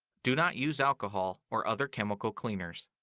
do not use alcohol or other chemical cleaners.